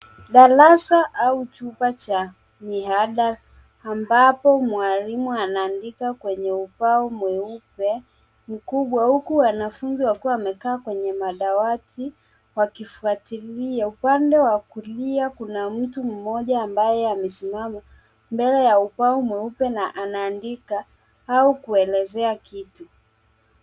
Darasa au chumba cha mihadara ambapo mwalimu anaandika kwenye ubao mweupe kubwa huku wanafunzi wakiwa wamekaa kwenye madawati wakifuatilia. Upande wa kulia kuna mtu mmoja ambaye amesimama mbele ya ubao mweupe na anaandika au kuelezea kitu.